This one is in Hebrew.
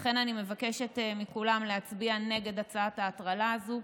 לכן אני מבקשת מכולם להצביע נגד הצעת ההטרלה הזאת.